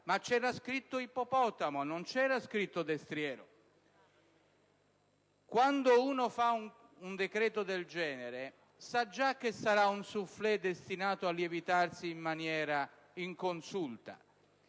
ma c'era già scritto ippopotamo, non c'era scritto destriero Quando uno fa un decreto del genere, sa già che sarà un *soufflé* destinato a lievitare in maniera inconsulta;